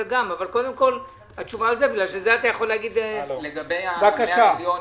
לגבי ה-100 מיליון,